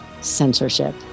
censorship